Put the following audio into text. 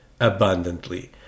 abundantly